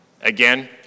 Again